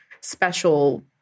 special